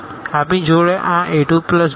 આપણી જોડે આ a2b2હશે આ tn સાથે અને anbn